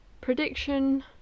prediction